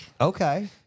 Okay